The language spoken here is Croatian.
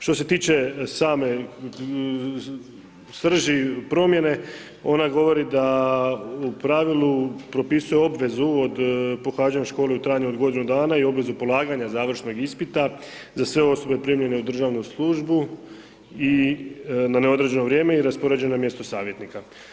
Što se tiče same srži promjene, ona govori da u pravilu propisuje obvezu od pohađanja škole u trajanju od godinu dana i obvezu polaganja završnog ispita za sve osobe primljene u državnu službu i, na neodređeno vrijeme, i raspoređeno na mjesto savjetnika.